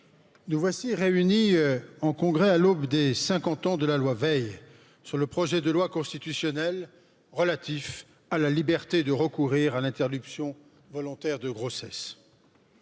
nous voici réunis en congrès à l'aube de des cinquante ans de la loi veil sur le projet de loi constitutionnelle relatif à la liberté de recourir à l'interruption de grossesse